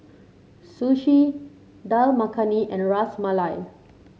Sushi Dal Makhani and Ras Malai